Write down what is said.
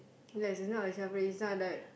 ya it's not a child play it's not like